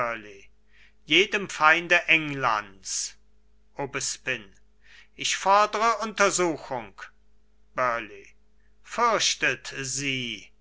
jedem feinde englands aubespine ich fordre untersuchung burleigh fürchtet sie